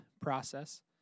process